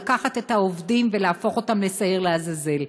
לקחת את העובדים ולהפוך אותם לשעיר לעזאזל.